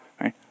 right